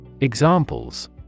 Examples